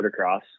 motocross